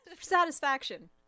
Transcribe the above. satisfaction